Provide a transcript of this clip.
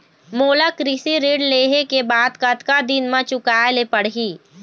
मोला कृषि ऋण लेहे के बाद कतका दिन मा चुकाए ले पड़ही?